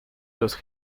los